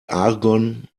argon